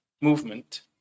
movement